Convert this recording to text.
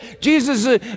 Jesus